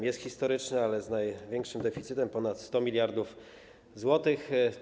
Jest historyczny, ale z największym deficytem, ponad 100 mld zł.